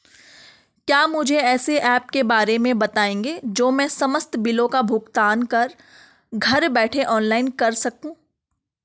क्या मुझे ऐसे ऐप के बारे में बताएँगे जो मैं समस्त बिलों का भुगतान घर बैठे ऑनलाइन कर सकूँ?